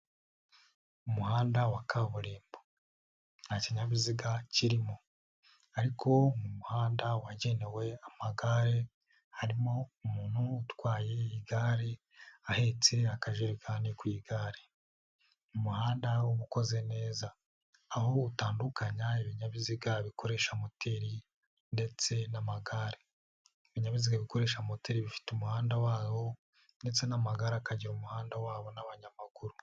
Umuhanda wa kaburimbo, nta kinyabiziga kirimo ariko umuhanda wagenewe amagare harimo umuntu utwaye igare ahetse akajerekani ku igare. Umuhanda uba ukoze neza aho utandukanya ibinyabiziga bikoresha moteri ndetse n'amagare. Ibinyabiziga bikoresha moteri bifite umuhanda wabyo ndetse n'amagare akagira umuhanda wabo n'abanyamaguru.